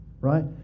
right